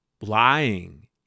lying